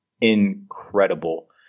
incredible